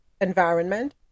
environment